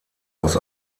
aus